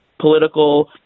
political